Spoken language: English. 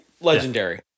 legendary